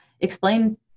explain